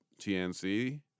TNC